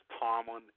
Tomlin